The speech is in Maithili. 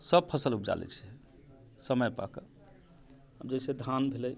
सभ फसल उपजा लै छी समय पाके जाहि सॅं धान भेलै